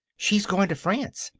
she's going to france.